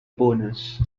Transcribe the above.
bonus